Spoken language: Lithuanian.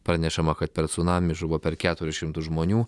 pranešama kad per cunamį žuvo per keturis šimtus žmonių